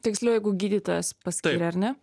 tiksliau jeigu gydytojas paskyrė ar ne